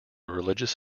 religious